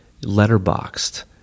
letterboxed